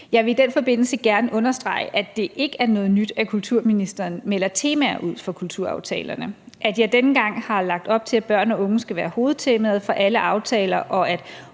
Jeg vil i den forbindelse gerne understrege, at det ikke er noget nyt, at kulturministeren melder temaer ud for kulturaftalerne. Jeg har denne gang lagt op til, at børn og unge skal være hovedtemaet for alle aftaler, og at